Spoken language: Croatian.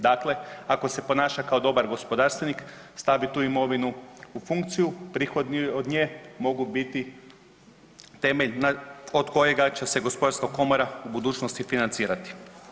Dakle, ako se ponaša kao dobar gospodarstvenik stavi tu imovinu u funkciju, prihod od nje mogu biti temelj od kojega će se Gospodarska komora u budućnosti financirati.